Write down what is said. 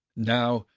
now,